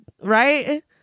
right